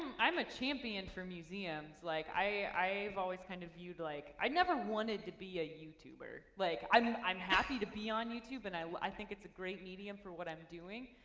and i'm a champion for museums. like i've always kind of viewed like i never wanted to be a youtuber. like i'm i'm happy to be on youtube and i i think it's a great medium for what i'm doing,